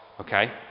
Okay